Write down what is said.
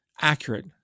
accurate